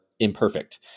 imperfect